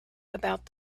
about